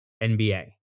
NBA